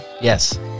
yes